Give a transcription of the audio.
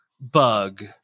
bug